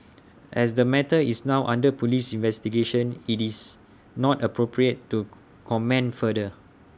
as the matter is now under Police investigation IT is not appropriate to comment further